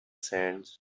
sands